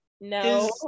no